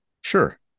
Sure